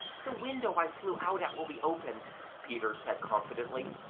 the window i flew out at will be open peter said confidently.